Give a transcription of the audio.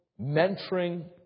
Mentoring